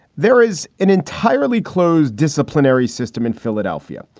there is an entirely closed disciplinary system in philadelphia,